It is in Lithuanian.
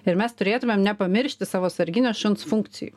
ir mes turėtumėm nepamiršti savo sarginio šuns funkcijų